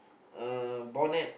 uh bonnet